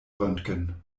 röntgen